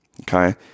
Okay